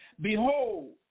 Behold